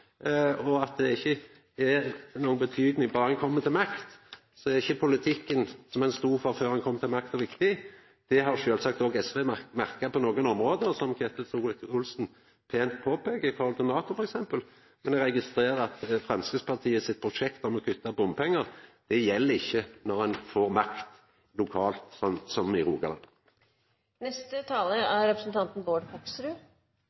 og at det ikkje har noka betyding berre ein kjem til makta. Så er ikkje politikken ein stod for før ein kom til makta, viktig. Det har sjølvsagt òg SV merka på nokre område, som Ketil Solvik-Olsen pent påpeika, f.eks. i forhold til NATO. Men eg registrerer at Framstegspartiet sitt prosjekt om å kutta bompengar ikkje gjeld når ein får makt lokalt, slik som i